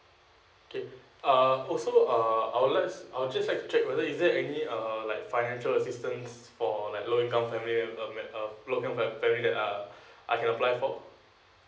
okay uh also uh I would like I'll just like to check whether is there any uh like financial assistance for like low income family and uh low income family that uh I can apply for